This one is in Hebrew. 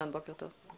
אם